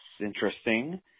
interesting